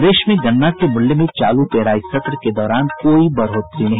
प्रदेश में गन्ना के मूल्य में चालू पेराई सत्र के दौरान कोई बढ़ोत्तरी नहीं